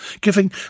giving